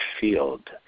field